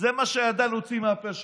זה מה שידע להוציא מהפה שלו.